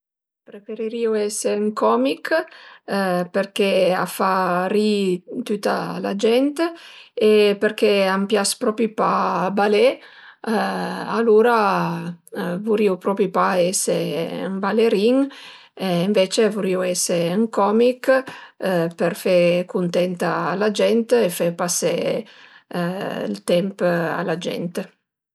Preferirìu esi ë comich përché a fa ri-i tüta la gent e përché a m'pias propri pa balé, alura vurìu propi pa ese ën balerin, ënvecce vurìu ese ën comich për fe cuntenta la gent e fe pasé ël temp a la gent